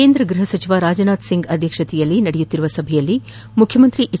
ಕೇಂದ್ರ ಗೃಹ ಸಚಿವ ರಾಜನಾಥ್ ಸಿಂಗ್ ಅಧ್ಯಕ್ಷತೆಯಲ್ಲಿ ನಡೆಯುತ್ತಿರುವ ಸಭೆಯಲ್ಲಿ ಮುಖ್ಯಮಂತ್ರಿ ಎಚ್